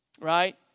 right